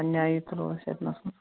پَننہِ آیی تُلوو أسۍ أتۍنَسٕے